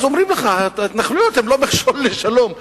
ואז אומרים לך: ההתנחלויות הן לא מכשול לשלום.